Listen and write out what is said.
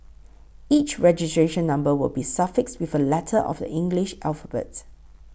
each registration number will be suffixed with a letter of the English alphabet